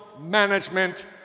management